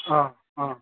अ अ